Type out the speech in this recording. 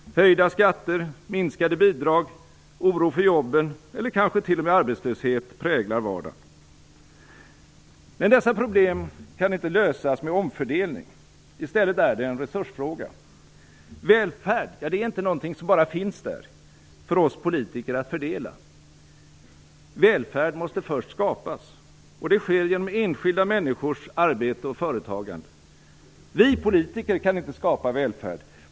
Höjda skatter, minskade bidrag, oro för jobben eller kanske t.o.m. arbetslöshet präglar vardagen. Men dessa problem kan inte lösas med omfördelning. I stället är det en resursfråga. Välfärd är inte något som bara finns där för oss politiker att fördela. Välfärd måste först skapas. Det sker genom enskilda människors arbete och företagande. Vi politiker kan inte skapa välfärd.